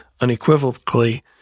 unequivocally